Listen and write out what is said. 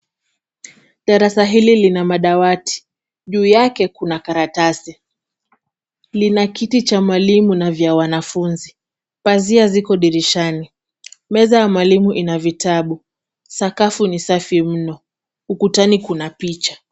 Darasa hili lina madawati. Juu yake kuna karatasi. Lina kiti cha mwalimu na vya wanafunzi . Pazia ziko dirishani . Meza ya mwalimu ina vitabu. Sakafu ni safi mno. Ukutani kuna picha.